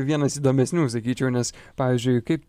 vienas įdomesnių sakyčiau nes pavyzdžiui kaip